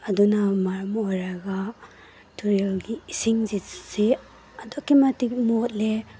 ꯑꯗꯨꯅ ꯃꯔꯝ ꯑꯣꯏꯔꯒ ꯇꯨꯔꯦꯜꯒꯤ ꯏꯁꯤꯡꯁꯤ ꯑꯗꯨꯛꯀꯤ ꯃꯇꯤꯛ ꯃꯣꯠꯂꯦ